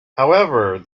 however